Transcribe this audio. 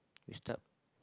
you start